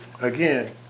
again